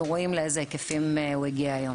רואים לאיזה היקפים הוא הגיע היום.